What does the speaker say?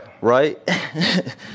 Right